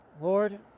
Lord